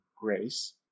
grace